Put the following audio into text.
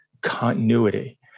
continuity